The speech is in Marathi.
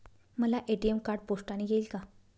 मला ए.टी.एम कार्ड पोस्टाने येईल का?